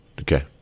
Okay